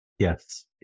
Yes